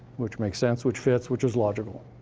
which makes sense, which fits, which is logical.